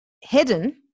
hidden